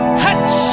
touch